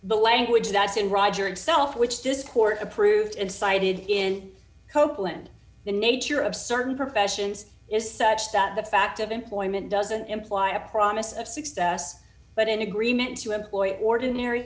the language that's in roger itself which this court approved and cited in copeland the nature of certain professions is such that the fact of employment doesn't imply a promise of success but an agreement to employ ordinary